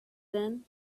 then